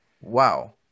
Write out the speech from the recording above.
Wow